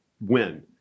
win